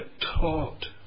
taught